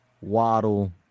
Waddle